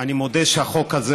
אני מודה שהחוק הזה,